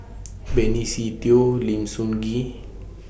Benny Se Teo Lim Soo Ngee